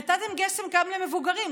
נתתם כסף גם למבוגרים,